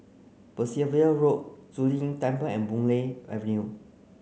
Percival Road Zu Lin Temple and Boon Lay Avenue